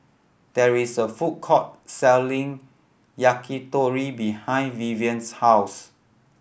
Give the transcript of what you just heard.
there is a food court selling Yakitori behind Vivien's house